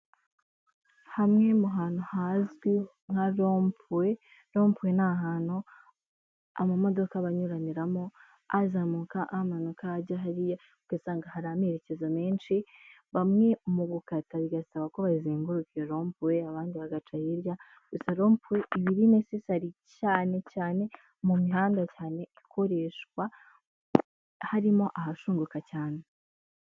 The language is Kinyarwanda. Hamwe mu hantu hazwi nka ropuwe. Ropuwe ni ahantu amamodoka aba anyuraniramo, azamuka, amanuka, ajya hariya. Ugasanga hari amerekezo menshi. Bamwe mu gukata bigasaba ko bazenguka iyo ropuwe, abandi bagaca hirya. Gusa ropuwe iba irinesesari cyane cyane mu mihanda cyane ikoreshwa, harimo ahashunguka cyane.